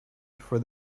for